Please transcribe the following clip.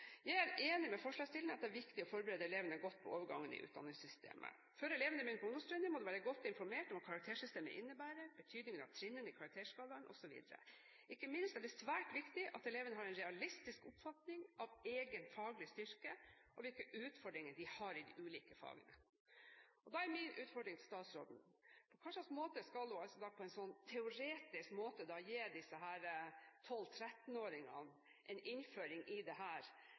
er derfor helt enig med forslagsstillerne i at det er viktig å forberede elevene godt på overgangene i utdanningssystemet. Før elevene begynner på ungdomstrinnet må de være godt informert om hva karaktersystemet innebærer, betydningen av trinnene i karakterskalaen osv. Ikke minst er det svært viktig at elevene har en realistisk oppfatning av egen faglig styrke og hvilke utfordringer de har i de ulike fagene.» Da er min utfordring til statsråden: Hvordan skal hun på en teoretisk måte gi disse 12–13-åringene en innføring i dette? Det